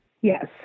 Yes